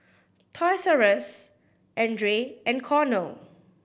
Toys R Us Andre and Cornell